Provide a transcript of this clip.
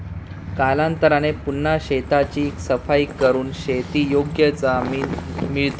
कालांतराने पुन्हा शेताची सफाई करून शेतीयोग्य जमीन मिळते